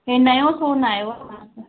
इहो नओं सोन आहियो आहे